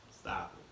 Stop